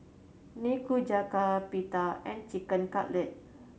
Nikujaga Pita and Chicken Cutlet